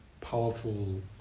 powerful